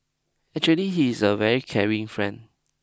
actually he is a very caring friend